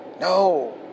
No